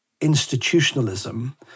institutionalism